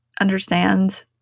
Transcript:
understands